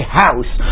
house